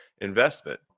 investment